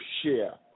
share